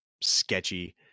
sketchy